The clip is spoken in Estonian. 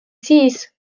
siis